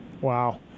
wow